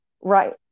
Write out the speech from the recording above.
right